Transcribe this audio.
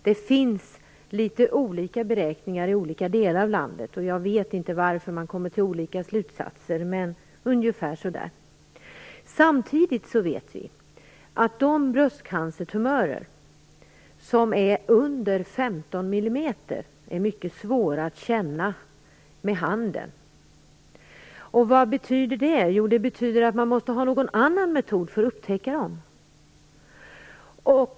Det har gjorts litet olika beräkningar i olika delar av landet. Jag vet inte varför man kommit fram till olika slutsatser, men siffrorna är ungefär de som jag nämnde. De bröstcancertumörer som är mindre än 15 mm är mycket svåra att känna med handen. Vad betyder det? Jo, det betyder att man måste använda någon annan metod för att upptäcka tumörerna.